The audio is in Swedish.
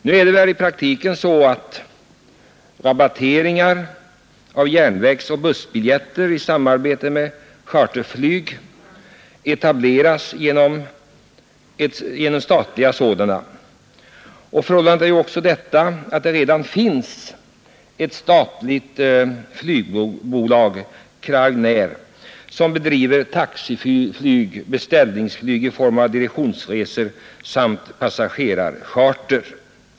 Nu är det väl i praktiken så, att rabatteringar av järnvägsoch bussbiljetter i samarbete med charterflyg etableras genom statliga sådana. Förhållandet är också det att det redan finns ett statligt flygbolag, Crownair, som bedriver taxiflyg och beställningsflyg i form av direktionsresor samt passagerarcharter.